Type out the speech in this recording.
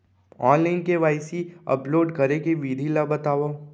Online KYC upload करे के विधि ला बतावव?